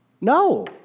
No